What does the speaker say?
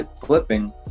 flipping